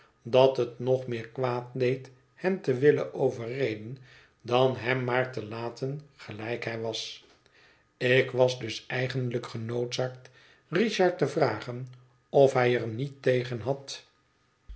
dat het nog meer kwaad deed hem te willen overreden dan hem maar te laten gelijk hij was ik was dus eindelijk genoodzaakt richard te vragen of hij er niet tegen had